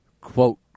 quote